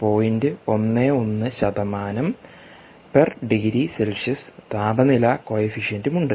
11 ° C താപനില കോഫിഫിഷ്യന്റും ഉണ്ട്